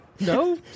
No